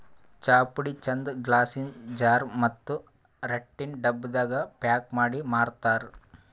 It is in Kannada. ಚಾಪುಡಿ ಚಂದ್ ಗ್ಲಾಸಿನ್ ಜಾರ್ ಮತ್ತ್ ರಟ್ಟಿನ್ ಡಬ್ಬಾದಾಗ್ ಪ್ಯಾಕ್ ಮಾಡಿ ಮಾರ್ತರ್